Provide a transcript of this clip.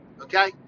okay